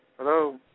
Hello